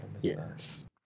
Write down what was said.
Yes